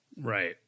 Right